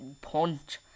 Punch